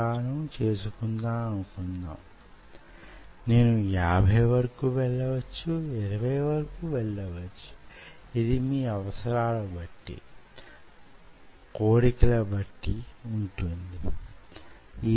మీకు గుర్తుండే వుంటుంది చాలా ముందుగా మీరే పరికరాలు వాడాలో నేను మీకు వివరించి వున్నాను